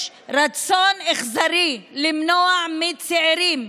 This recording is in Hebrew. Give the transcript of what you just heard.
יש רצון אכזרי למנוע מצעירים,